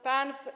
Pan.